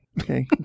Okay